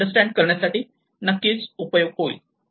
हे अंडरस्टँड करण्यासाठी नक्कीच उपयोगी ठरेल